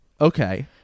Okay